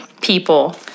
people